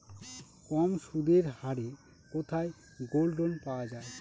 কম সুদের হারে কোথায় গোল্ডলোন পাওয়া য়ায়?